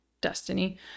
Destiny